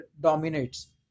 dominates